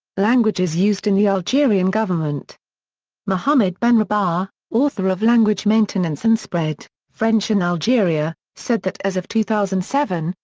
languages used in the algerian government mohamed benrabah, author of language maintenance and spread french in algeria, said that as of two thousand and seven,